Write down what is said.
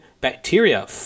bacteria